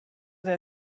der